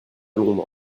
londres